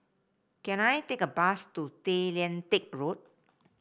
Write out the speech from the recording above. can I take a bus to Tay Lian Teck Road